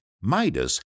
Midas